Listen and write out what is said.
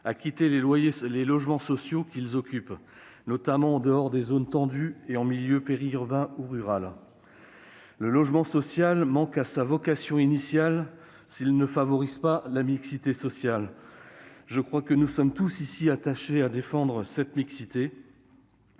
à quitter les logements sociaux, notamment en dehors des zones tendues et en milieu périurbain et rural. Le logement social manque à sa vocation initiale s'il ne favorise pas la mixité sociale. Je pense que nous nous efforçons tous dans cet hémicycle de défendre cette mixité.